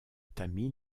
tamil